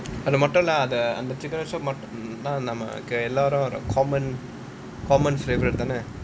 அது மட்டும் தான்:athu mattum thaan lah the chicken rice shop நம்ம எல்லாருக்கும்:namma ellaarukum common common favourite தான:thana